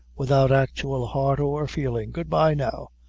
without actual heart or feeling. goodbye, now.